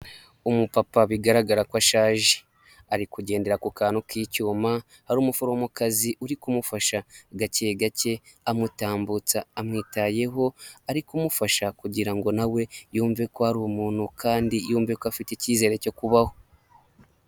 Umupapa bigaragara ko ashaje ari kugendera ku kantu k'icyuma hari umuforomokazi uri kumufasha gake gake, amutambutsa amwitayeho ari kumufasha kugira ngo nawe yumve ko ari umuntu kandi yumve ko afite icyizere cyo kubaho.